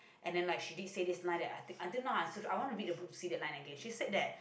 and then like she did say this line that until now I want to read the book to see the line again she said that